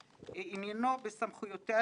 וכך קובע סעיף 135(ב):